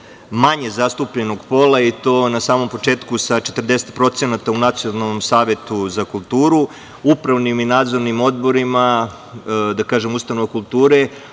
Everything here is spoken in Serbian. manje zastupljenog pola i to na samom početku sa 40% u Nacionalnom savetu za kulturu, upravnim i nadzornim odborima, ustanovama kulture,